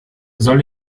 soll